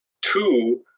Two